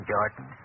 Jordan